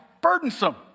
burdensome